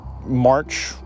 March